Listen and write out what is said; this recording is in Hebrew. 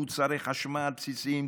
מוצרי חשמל בסיסיים,